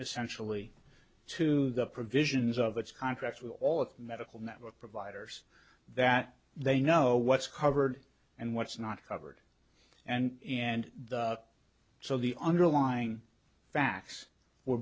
essentially to the provisions of its contract to all of medical network providers that they know what's covered and what's not covered and and so the underlying facts were